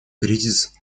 кризис